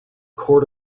court